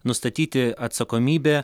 nustatyti atsakomybę